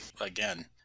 again